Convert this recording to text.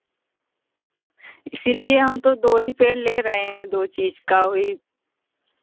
इसीलिए हम तो दो ही पेड़ ले रहे हैं दो चीज़ का वही